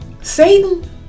Satan